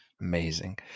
Amazing